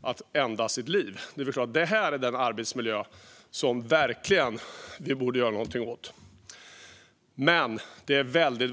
att ända sitt liv. Detta är den arbetsmiljö som vi verkligen borde göra något åt.